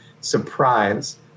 surprise